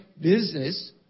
business